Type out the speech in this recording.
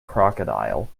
crocodile